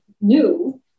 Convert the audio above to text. new